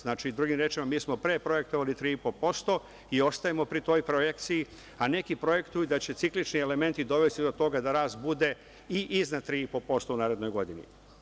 Znači, drugim rečima, mi smo pre projektovali 3,5% i ostajemo pri toj projekciji, a neki projektuju da će ciklični elementi dovesti do toga da rast bude i iznad 3,5% u narednoj godini.